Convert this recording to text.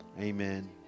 amen